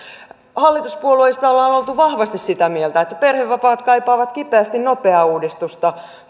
hallituspuolueista ollaan oltu vahvasti sitä mieltä että perhevapaat kaipaavat kipeästi nopeaa uudistusta